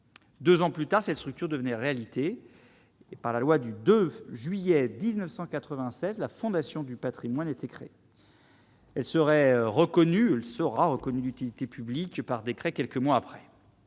2 ans plus tard, cette structure devenait réalité et par la loi du 2 juillet 1996, la Fondation du Patrimoine a été crée, elle serait reconnue, elle sera reconnue d'utilité publique par décret, quelques mois après,